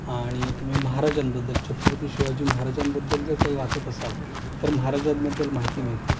आणि तुम्ही महाराजांबद्दल छत्रपती शिवाजी महाराजांबद्दल जर काही वाचत असाल तर महाराजांबद्दल माहिती मिळते